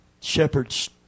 shepherds